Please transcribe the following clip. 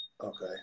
Okay